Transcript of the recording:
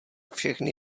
všechny